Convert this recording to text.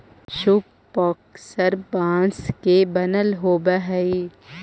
सूप पअक्सर बाँस के बनल होवऽ हई